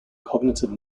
cognitive